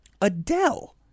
Adele